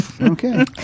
Okay